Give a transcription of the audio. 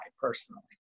personally